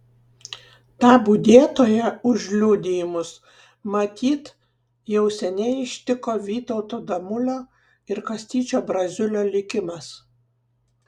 tą budėtoją už liudijimus matyt jau seniai ištiko vytauto damulio ir kastyčio braziulio likimas